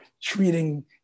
treating